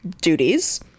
duties